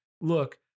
look